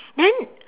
then